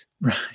Right